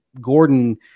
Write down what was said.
Gordon